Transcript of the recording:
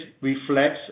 reflects